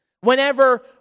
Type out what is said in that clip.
whenever